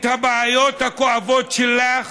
את הבעיות הכואבות שלך